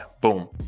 boom